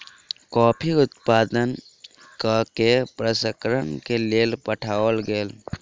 coffee उत्पादन कय के प्रसंस्करण के लेल पठाओल गेल